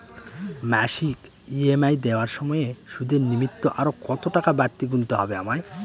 মাসিক ই.এম.আই দেওয়ার সময়ে সুদের নিমিত্ত আরো কতটাকা বাড়তি গুণতে হবে আমায়?